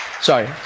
Sorry